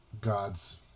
God's